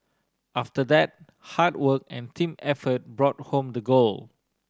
after that hard work and team effort brought home the gold